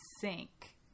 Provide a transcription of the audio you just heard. sink